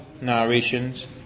narrations